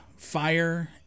Fire